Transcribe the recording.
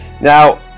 Now